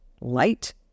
Light